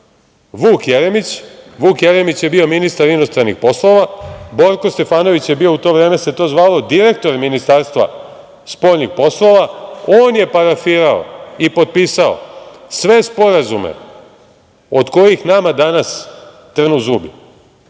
Vuk Jeremić je bio ministar inostranih poslova. Borko Stefanović je bio, u to vreme se to zvalo, direktor Ministarstva spoljnih poslova. On je parafirao i potpisao sve sporazume od kojih nama danas trnu zubi.